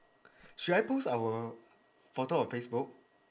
should I post our photo on facebook